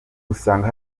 usanga